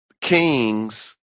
kings